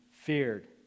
feared